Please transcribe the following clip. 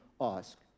ask